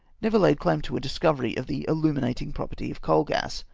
never laid claim to a discovery of the illuminating property of coal-gas,